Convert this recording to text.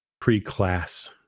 pre-class